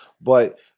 but-